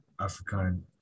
African